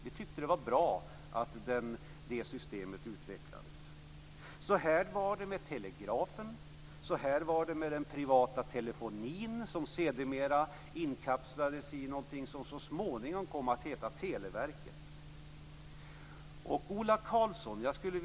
Man tyckte att det var bra att det systemet utvecklades. Så här var det med telegrafen och den privata telefoni som sedermera inkapslades i någonting som så småningom kom att heta Televerket.